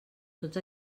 tots